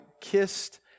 kissed